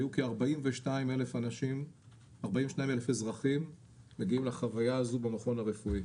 היו כ-42,000 אזרחים מגיעים לחוויה הזו במכון הרפואי.